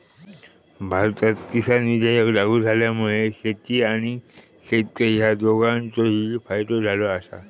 भारत किसान विधेयक लागू झाल्यामुळा शेती आणि शेतकरी ह्या दोघांचोही फायदो झालो आसा